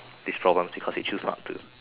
be strong because they choose not to